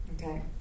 okay